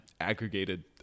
aggregated